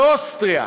על אוסטריה,